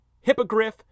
hippogriff